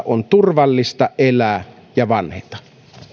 on turvallista elää ja vanheta